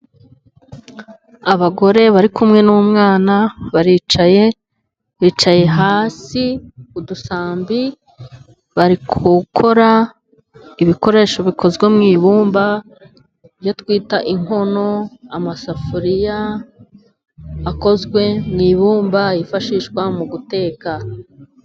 Abagore bari kumwe n'umwana baricaye, bicaye hasi ku dusambi, bari gukora ibikoresho bikozwe mu ibumba, ibyo twita inkono, amasafuriya akozwe mu ibumba yifashishwa mu guteka.